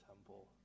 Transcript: temple